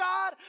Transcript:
God